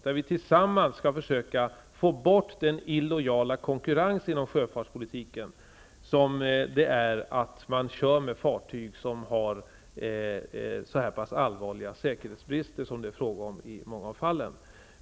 Vi skall tillsammans försöka få bort den illojala konkurrens inom sjöfarten som det innebär när man kör med fartyg som har så allvarliga säkerhetsbrister som det är fråga om i många fall.